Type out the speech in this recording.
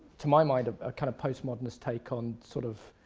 to my mind, ah a kind of postmodernist take on sort of